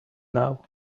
now